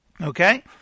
Okay